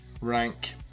rank